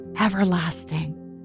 everlasting